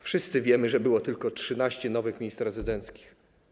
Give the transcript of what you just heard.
Wszyscy wiemy, że było tylko 13 nowych miejsc rezydenckich.